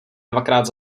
dvakrát